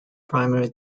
primary